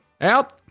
out